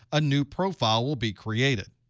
a new profile will be created.